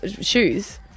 shoes